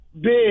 big